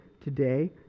today